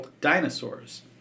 dinosaurs